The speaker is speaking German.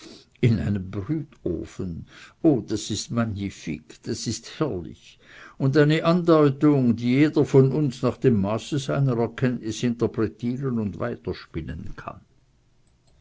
in einem brütofen o das ist magnifique das ist herrlich und eine andeutung die jeder von uns nach dem maße seiner erkenntnis interpretieren und weiterspinnen kann